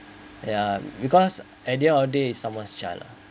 ya because at the end of day is someone's child